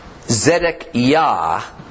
Zedekiah